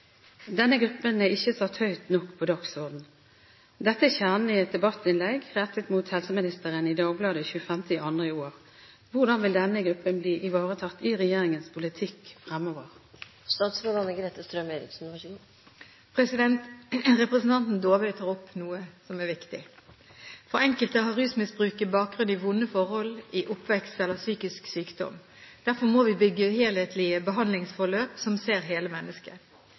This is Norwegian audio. Denne gruppen er ikke satt høyt nok på dagsordenen. Dette er kjernen i et debattinnlegg rettet mot helseministeren i Dagbladet 25. februar i år. Hvordan vil denne gruppen bli ivaretatt i regjeringens politikk fremover?» Representanten Dåvøy tar opp noe som er viktig. For enkelte har rusmisbruket bakgrunn i vonde forhold, i oppvekstforhold eller i psykisk sykdom. Derfor må vi bygge helhetlige behandlingsforløp som ser hele mennesket,